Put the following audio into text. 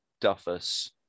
Duffus